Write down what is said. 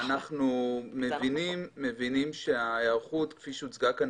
אנחנו מבינים שהיערכות כפי שהוצגה כאן